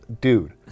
dude